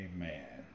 Amen